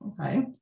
Okay